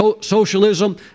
socialism